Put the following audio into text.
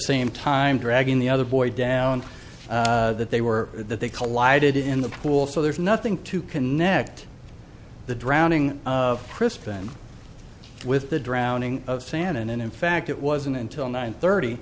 same time dragging the other boy down that they were that they collided in the pool so there's nothing to connect the drowning of crisp and with the drowning of santa and in fact it wasn't until nine thirty